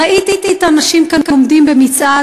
ראיתי את האנשים כאן עומדים במצעד